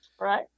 right